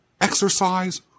exercise